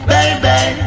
Baby